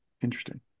interesting